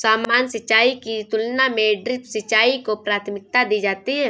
सामान्य सिंचाई की तुलना में ड्रिप सिंचाई को प्राथमिकता दी जाती है